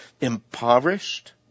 impoverished